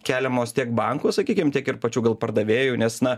keliamos tiek bankų sakykim tiek ir pačių gal pardavėjų nes na